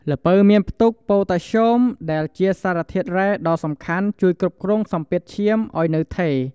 ល្ពៅមានផ្ទុក ប៉ូតាស្យូម ដែលជាសារធាតុរ៉ែដ៏សំខាន់ជួយគ្រប់គ្រងសម្ពាធឈាមឲ្យនៅថេរ។